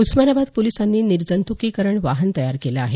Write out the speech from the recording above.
उस्मानाबाद पोलिसांनी निर्जंतुकीकरण वाहन तयार केलं आहे